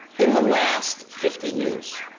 in the last fifty years,